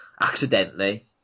accidentally